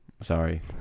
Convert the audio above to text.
Sorry